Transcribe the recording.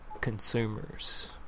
consumers